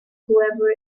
whoever